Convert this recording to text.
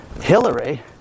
Hillary